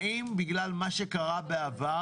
האם בגלל מה שקרא בעבר